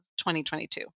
2022